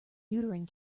uterine